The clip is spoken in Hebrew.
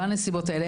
בנסיבות האלה.